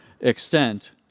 extent